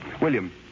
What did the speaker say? William